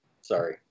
Sorry